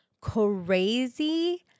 crazy